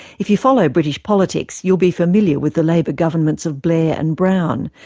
if you follow british politics, you'll be familiar with the labour governments of blair and brown,